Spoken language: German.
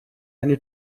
eine